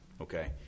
Okay